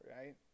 right